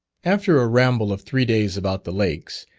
after a ramble of three days about the lakes,